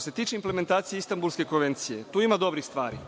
se tiče implementacije Istambulske konvencija, tu ima dobrih stvari,